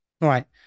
right